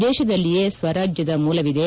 ದೇಶದಲ್ಲಿಯೇ ಸ್ವರಾಜ್ಯದ ಮೂಲವಿದೆ